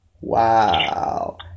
Wow